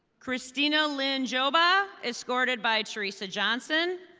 kristina lynn jova, escorted by teresa johnson,